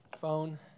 Phone